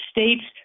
States